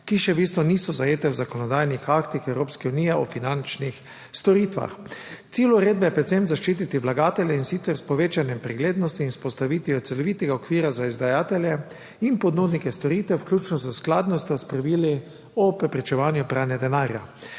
ki v bistvu še niso zajete v zakonodajnih aktih Evropske unije o finančnih storitvah. Cilj uredbe je predvsem zaščititi vlagatelje, in sicer s povečanjem preglednosti in vzpostavitvijo celovitega okvira za izdajatelje in ponudnike storitev, vključno s skladnostjo s pravili o preprečevanju pranja denarja.